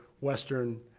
Western